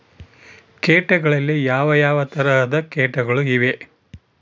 ಕೇಟಗಳಲ್ಲಿ ಯಾವ ಯಾವ ತರಹದ ಕೇಟಗಳು ಇವೆ?